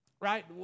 right